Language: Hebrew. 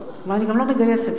ואני גם לא מגייסת,